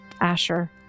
Asher